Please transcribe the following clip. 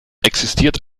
existiert